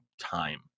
time